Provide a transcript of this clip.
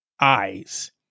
eyes